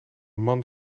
man